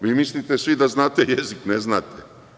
Svi mislite da znate jezik, ne znate.